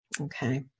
Okay